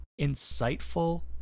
insightful